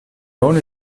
oni